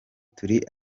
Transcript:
turi